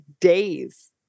days